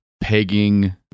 pegging